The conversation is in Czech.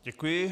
Děkuji.